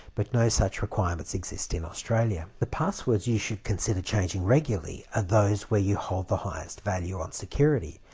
but no such requirements exist in australia. the passwords you should consider changing regularly are those where you hold the highest value on security.